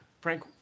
Frank